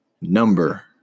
number